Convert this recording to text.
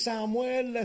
Samuel